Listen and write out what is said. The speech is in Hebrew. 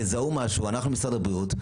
יזהו משהו - אנחנו משרד הבריאות.